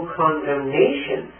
condemnation